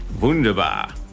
Wunderbar